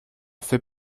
fait